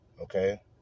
okay